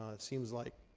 it seems like